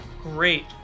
Great